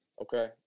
Okay